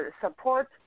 support